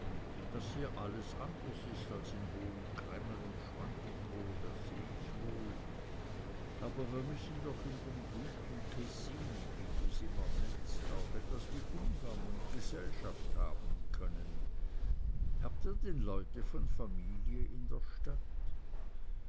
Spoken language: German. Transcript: daß hier alles anders ist als in hohen cremmen und schwantikow das seh ich wohl aber wir müssen doch in dem guten kessin wie du's immer nennst auch etwas wie umgang und gesellschaft haben können habt ihr denn leute von familie in der stadt